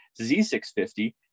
Z650